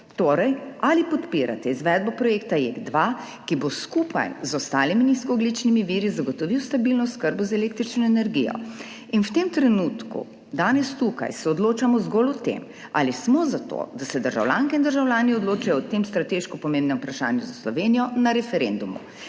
torej ali podpirate izvedbo projekta JEK2, ki bo skupaj z ostalimi nizkoogljičnimi viri zagotovil stabilno oskrbo z električno energijo. In v tem trenutku, danes tukaj, se odločamo zgolj o tem, ali smo za to, da se državljanke in državljani odločajo o tem strateško pomembnem vprašanju za Slovenijo na referendumu.